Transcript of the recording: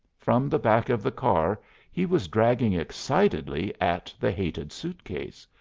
from the back of the car he was dragging excitedly at the hated suitcase.